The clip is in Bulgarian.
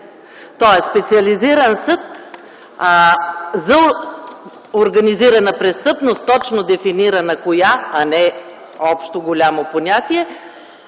той е Специализиран съд за организирана престъпност, точно дефинирана коя, а не общо понятие.